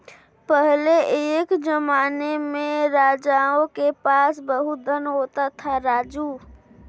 पहले के जमाने में राजाओं के पास बहुत धन होता था, राजू